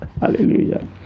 Hallelujah